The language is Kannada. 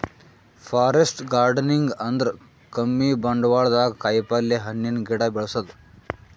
ಫಾರೆಸ್ಟ್ ಗಾರ್ಡನಿಂಗ್ ಅಂದ್ರ ಕಮ್ಮಿ ಬಂಡ್ವಾಳ್ದಾಗ್ ಕಾಯಿಪಲ್ಯ, ಹಣ್ಣಿನ್ ಗಿಡ ಬೆಳಸದು